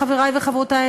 חברי וחברותי,